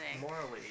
Morally